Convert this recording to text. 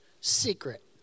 secret